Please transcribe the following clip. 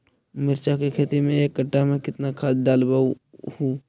मिरचा के खेती मे एक कटा मे कितना खाद ढालबय हू?